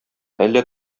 әллә